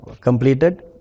completed